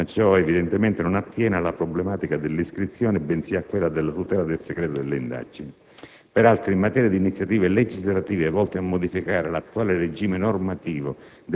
ma ciò evidentemente non attiene alla problematica dell'iscrizione, bensì a quella della tutela del segreto delle indagini. Peraltro, in materia di iniziative legislative volte a modificare l'attuale regime normativo